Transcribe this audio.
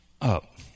up